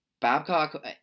Babcock